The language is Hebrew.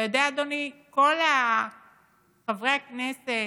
אתה יודע, אדוני, כל חברי הכנסת